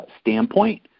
standpoint